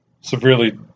severely